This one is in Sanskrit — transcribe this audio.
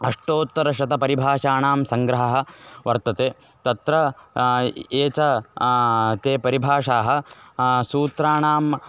अष्टोत्तरशतपरिभाषाणां सङ्ग्रहः वर्तते तत्र ये च ते परिभाषाः सूत्राणाम्